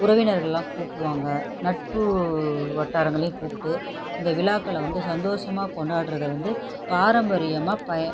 உறவினர்கள்லாம் கூப்பிடுவாங்க நட்பு வட்டாரங்களையும் கூப்பிட்டு இந்த விழாக்களை வந்து சந்தோசமாக கொண்டாடுறதை வந்து பாரம்பரியமாக